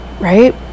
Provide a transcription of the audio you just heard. Right